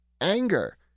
Anger